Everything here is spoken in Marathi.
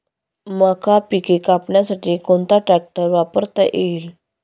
मका पिके कापण्यासाठी कोणता ट्रॅक्टर वापरता येईल?